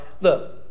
look